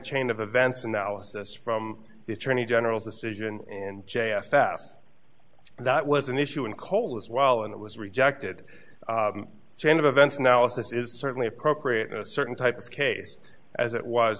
chain of events analysis from the attorney general's decision and j f s that was an issue in coal as well and it was rejected chain of events analysis is certainly appropriate in a certain type of case as it was